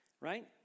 right